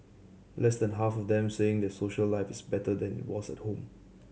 less than half of them saying their social life is better than was at home